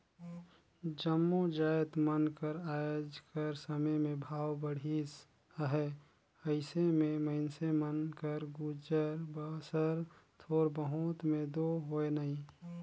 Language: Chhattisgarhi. जम्मो जाएत मन कर आएज कर समे में भाव बढ़िस अहे अइसे में मइनसे मन कर गुजर बसर थोर बहुत में दो होए नई